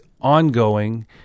ongoing